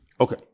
Okay